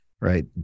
right